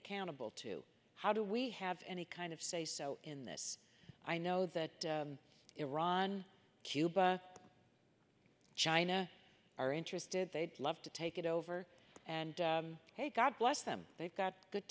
accountable to how do we have any kind of say so in this i know that iran cuba china are interested they'd love to take it over and god bless them they've got good